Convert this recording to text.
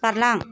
बारलां